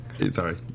Sorry